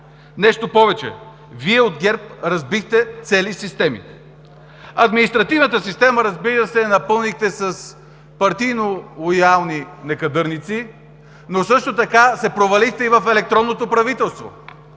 Нещо повече, Вие от ГЕРБ разбихте цели системи. Административната система, разбира се, я напълнихте с партийно лоялни некадърници, но също така се провалихте и в електронното правителство.